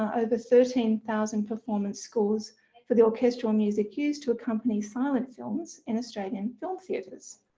over thirteen thousand performance scores for the orchestral music used to accompany silent films in australian film theatres.